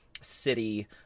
City